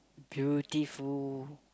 beautiful